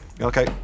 Okay